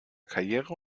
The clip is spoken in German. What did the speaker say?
karriere